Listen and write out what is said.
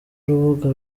urubuga